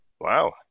Wow